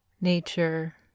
nature